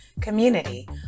community